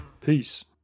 peace